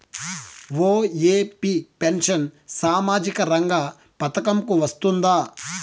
OAP pension సామాజిక రంగ పథకం కు వస్తుందా?